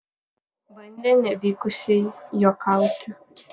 bandė nevykusiai juokauti